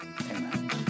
amen